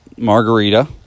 Margarita